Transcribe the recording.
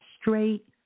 straight